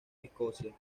escocia